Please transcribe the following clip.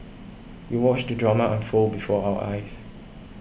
we watched the drama unfold before our eyes